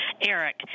ERIC